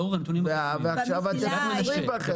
לאור הנתונים --- ועכשיו אתם חוזרים בכם.